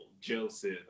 Joseph